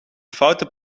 foute